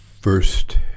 first